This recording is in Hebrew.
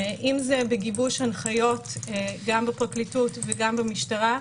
אם זה בגיבוש הנחיות גם בפרקליטות וגם במשטרה,